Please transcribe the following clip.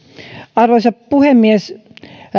arvoisa puhemies